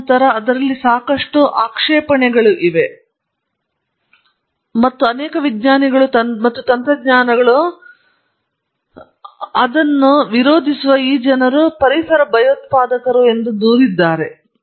ತದನಂತರ ಅದರಲ್ಲಿ ಸಾಕಷ್ಟು ಆಕ್ಷೇಪಣೆಗಳು ಇವೆ ಮತ್ತು ಅನೇಕ ವಿಜ್ಞಾನಿಗಳು ಮತ್ತು ತಂತ್ರಜ್ಞಾನಗಳು ಅದನ್ನು ವಿರೋಧಿಸುವ ಈ ಜನರು ಪರಿಸರ ಭಯೋತ್ಪಾದಕರು ಎಂದು ದೂರಿದ್ದಾರೆ